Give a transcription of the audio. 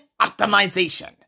optimization